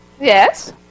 Yes